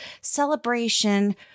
celebration